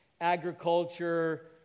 agriculture